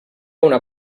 una